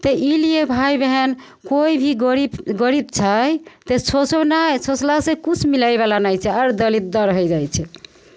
तऽ ईलिए भाय बहिन कोइ भी गरीब गरीब छै तऽ सोचू नहि सोचलासँ किछु मिलयवला नहि छै आर दलिद्दर होय जाइ छै